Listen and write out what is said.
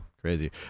crazy